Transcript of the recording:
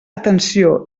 atenció